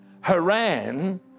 Haran